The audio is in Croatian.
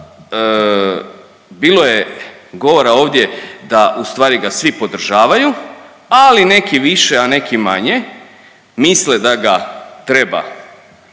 bilo je govora ovdje da u stvari ga svi podržavaju, ali neki više a neki manje misle da ga treba